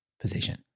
position